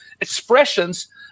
expressions